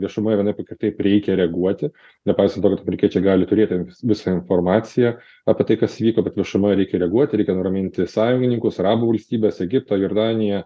viešumoj vienaip ar kitaip reikia reaguoti nepaisant to kad amerikiečiai gali turėti visą informaciją apie tai kas vyko bet viešumoj reikia reaguoti reikia nuraminti sąjungininkus arabų valstybes egiptą jordaniją